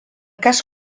cas